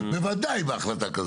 בוודאי בהחלטה כזאת.